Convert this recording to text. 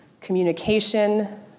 communication